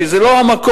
וזה לא המקום.